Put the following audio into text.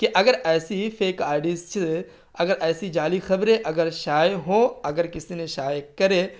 کہ اگر ایسی ہی فیک آئی ڈیز سے اگر ایسی جعلی خبریں اگر شائع ہوں اگر کسی نے شائع کرے